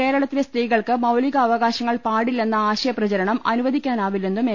കേരളത്തിലെ സ്ത്രീകൾക്ക് മൌലികാവകാശങ്ങൾ പാടില്ലെന്ന ആശയ പ്രചരണം അനുവദിക്കാനാവില്ലെന്നും എ